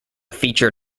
feature